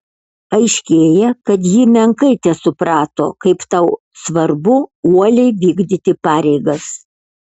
aiškėja kad ji menkai tesuprato kaip tau svarbu uoliai vykdyti pareigas